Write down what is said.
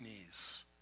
knees